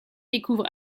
découvre